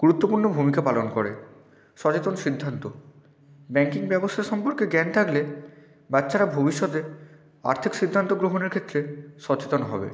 গুরুত্বপূর্ণ ভূমিকা পালন করে সচেতন সিদ্ধান্ত ব্যাংকিং ব্যবস্থা সম্পর্কে জ্ঞান থাকলে বাচ্চারা ভবিষ্যতে আর্থিক সিদ্ধান্ত গ্রহণের ক্ষেত্রে সচেতন হবে